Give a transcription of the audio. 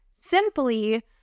simply